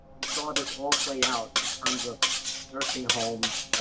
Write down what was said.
we saw this all play out in terms of nursing homes.